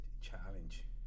challenge